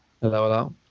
Hello